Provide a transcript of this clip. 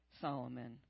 Solomon